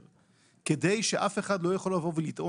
מטופלים סיעודיים שלשמה כולנו התכנסנו כאן.